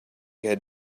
had